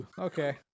Okay